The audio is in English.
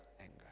anger